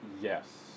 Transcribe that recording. Yes